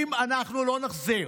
אם אנחנו לא נחזיר